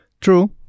True